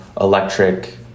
electric